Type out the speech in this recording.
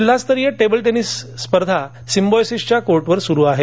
जिल्हास्तरीय table tennis स्पर्धा सिम्बॉयसिसच्या कोर्टवर सुरु आहे